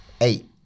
eight